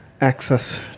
access